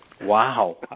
Wow